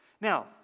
Now